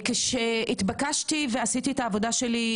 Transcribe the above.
כשהתבקשתי ועשיתי עבודתי,